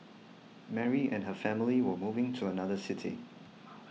Mary and her family were moving to another city